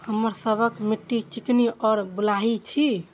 हमर सबक मिट्टी चिकनी और बलुयाही छी?